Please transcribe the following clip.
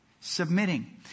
submitting